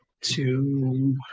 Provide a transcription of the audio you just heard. Two